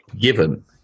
given